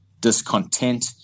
discontent